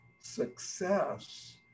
success